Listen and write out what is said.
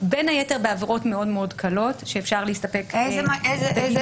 בין היתר בעבירות מאוד מאוד קלות שאפשר להסתפק בקנס.